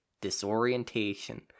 disorientation